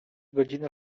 godzina